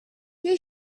you